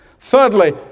Thirdly